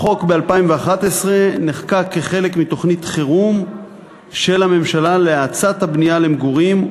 החוק נחקק ב-2011 כחלק מתוכנית חירום של הממשלה להאצת הבנייה למגורים.